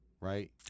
right